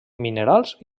minerals